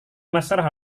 masalah